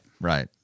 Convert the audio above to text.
Right